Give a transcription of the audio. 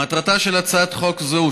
מטרתה של הצעת חוק זו,